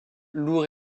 lourds